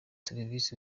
serivisi